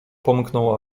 pomknął